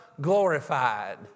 glorified